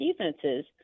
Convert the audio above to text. defenses